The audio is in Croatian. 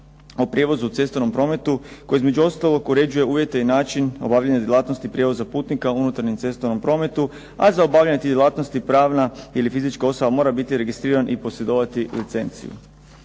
o prijevozu u cestovnom prometu koji između ostalog uređuje uvjete i način obavljanja djelatnosti prijevoza putnika u unutarnjem cestovnom prometu, a za obavljanje tih djelatnosti pravna ili fizička osoba mora biti registriran i posjedovati licenciju.